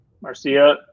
Marcia